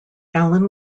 allan